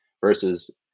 versus